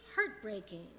heartbreaking